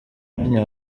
mwanya